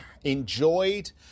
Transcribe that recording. enjoyed